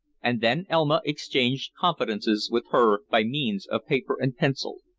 and then elma exchanged confidences with her by means of paper and pencil.